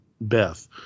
Beth